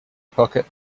pocket